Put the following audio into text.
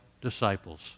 disciples